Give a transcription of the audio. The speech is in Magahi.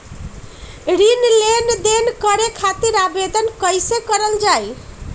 ऋण लेनदेन करे खातीर आवेदन कइसे करल जाई?